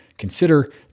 consider